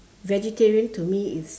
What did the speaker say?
vegetarian to me is